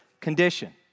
condition